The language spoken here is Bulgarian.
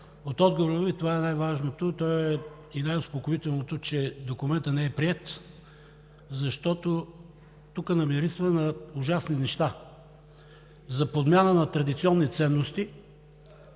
от отговора Ви най-важното и най-успокоителното е, че документът не е приет, защото тук намирисва на ужасни неща – подмяна на традиционни ценности,